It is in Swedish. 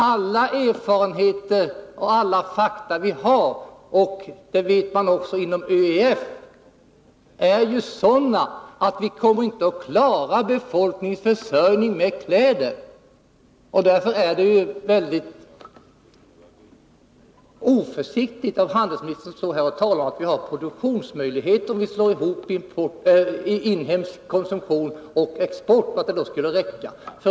Alla erfarenheter och alla fakta säger oss att vi inte kommer att klara befolkningens försörjning med kläder. Det vet man också inom ÖEF. Därför är det mycket oförsiktigt av handelsministern att stå här och tala om att vi har tillräckliga produktionsmöjligheter, om vi slår ihop inhemsk konsumtion och export.